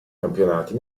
campionati